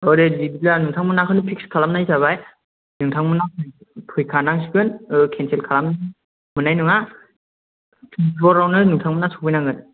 औ दे बिदिब्ला नोंथांमोनखौनो फिक्स खालामनाय जाबाय नोंथांमोनहा फैखानांसिगोन केन्सेल खालामनो मोन्नाय नङा टुवेन्टिफ'रावनो नोंथांमोनहा सफैनांगोन